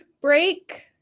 break